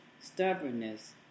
stubbornness